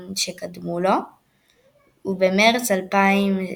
הפורמט המחודש נבע כאמור מהחשש לאפשרות של חוסר